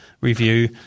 review